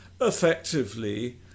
effectively